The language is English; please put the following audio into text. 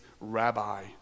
rabbi